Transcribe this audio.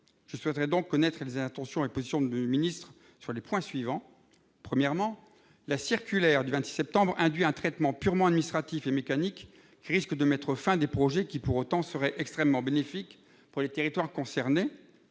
Je souhaiterais donc connaître les intentions et positions du ministre sur plusieurs points. Tout d'abord, la circulaire du 26 septembre induit un traitement purement administratif et mécanique, qui risque de mettre fin à des projets qui seraient pourtant extrêmement bénéfiques pour les territoires concernés.